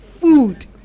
food